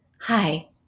Hi